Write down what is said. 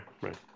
right